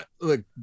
Look